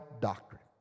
doctrine